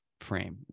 frame